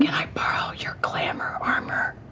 i borrow your glamor armor?